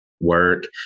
work